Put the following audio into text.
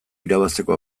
irabazteko